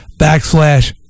backslash